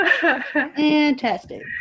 fantastic